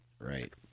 right